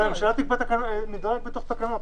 הממשלה תביא מדרג בתוך תקנות.